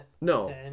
no